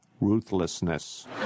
Ruthlessness